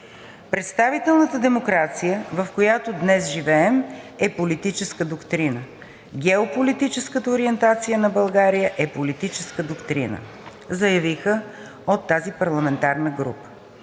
Представителната демокрация, в която днес живеем, е политическа доктрина, геополитическата ориентация на България е политическа доктрина. Народните представители от парламентарната група